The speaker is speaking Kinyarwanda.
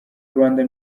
rwanda